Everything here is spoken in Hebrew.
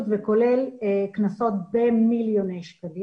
וזה כולל קנסות בגובה של מיליוני שקלים